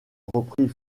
reprit